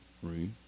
three